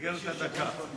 במסגרת הדקה.